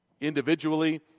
Individually